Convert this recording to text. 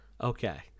Okay